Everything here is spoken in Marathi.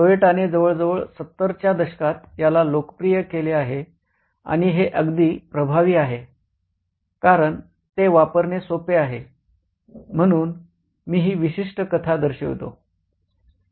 टोयोटाने जवळजवळ 70 च्या दशकात याला लोकप्रिय केले आहे आणि हे अगदी प्रभावी आहे कारण ते वापरणे सोपे आहे म्हणून मी ही विशिष्ट कथा दर्शवितो